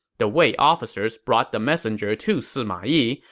the wei officers brought the messenger to sima yi,